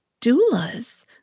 doulas